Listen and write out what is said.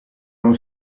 non